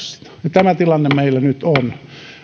tämä tilanne meillä nyt on